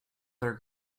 their